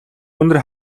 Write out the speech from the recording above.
үнэр